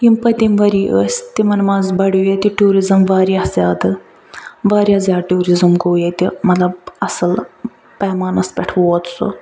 یِم پٔتِم وری ٲسۍ تِمن منٛز بڑھیٛو ییٚتہِ ٹیٛوٗرِزٕم واریاہ زیادٕ واریاہ زیادٕ ٹیٛوٗرِزٕم گوٚو ییٚتہِ مطلب اصٕل پیمانس پٮ۪ٹھ ووت سُہ